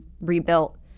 rebuilt